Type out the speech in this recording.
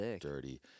dirty